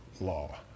law